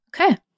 okay